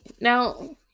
Now